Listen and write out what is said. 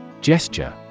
Gesture